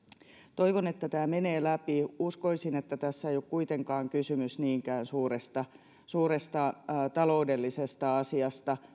toivon että tämä menee läpi uskoisin että tässä ei ole kuitenkaan kysymys niinkään suuresta suuresta taloudellisesta asiasta